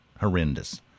horrendous